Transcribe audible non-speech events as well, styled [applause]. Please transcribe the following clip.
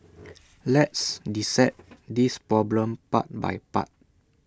let's dissect [noise] this problem part by part